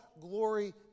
glory